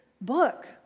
book